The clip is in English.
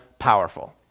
powerful